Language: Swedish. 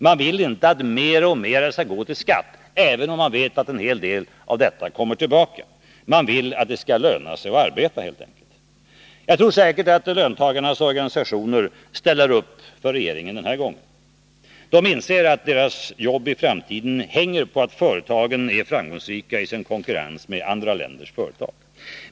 Man vill inte att mer och mer skall gå till skatt, även om man vet att en hel del av detta kommer tillbaka. Man vill att det skall löna sig att arbeta. Jag tror säkert att löntagarnas organisationer ställer upp för regeringen den här gången. De inser att deras jobb i framtiden hänger på att företagen är framgångsrika i sin konkurrens med andra länders företag.